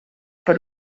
per